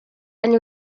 and